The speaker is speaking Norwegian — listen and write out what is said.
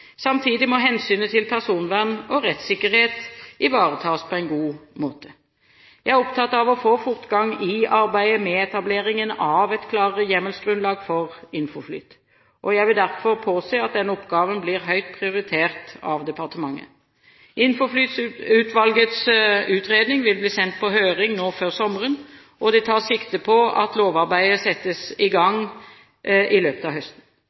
Samtidig må hensynet til personvern og rettssikkerhet ivaretas på en god måte. Jeg er opptatt av å få fortgang i arbeidet med etableringen av et klarere hjemmelsgrunnlag for INFOFLYT. Jeg vil derfor påse at den oppgaven blir høyt prioritert av departementet. INFOFLYT-utvalgets utredning vil bli sendt på høring nå før sommeren, og det tas sikte på at lovarbeidet settes i gang i løpet av høsten.